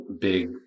big